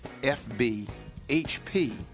FBHP